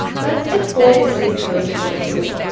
let's deploy this new code to heroku.